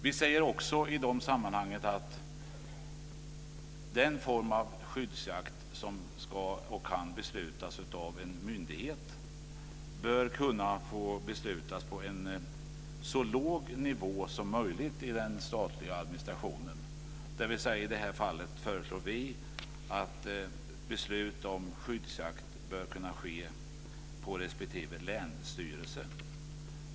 Vi säger också i detta sammanhang att den form av skyddsjakt som kan beslutas av en myndighet bör kunna beslutas på en så låg nivå som möjligt i den statliga administrationen, dvs. att vi i det här fallet föreslår att beslut om skyddsjakt bör kunna ske på respektive länsstyrelse.